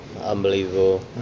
unbelievable